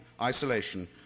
isolation